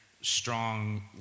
strong